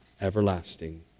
Everlasting